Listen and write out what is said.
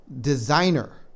Designer